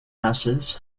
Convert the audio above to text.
acids